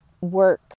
work